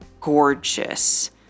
gorgeous